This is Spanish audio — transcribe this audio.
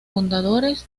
fundadores